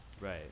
Right